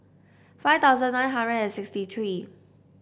five thousand nine hundred and sixty three